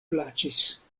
plaĉis